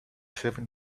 seven